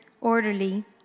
orderly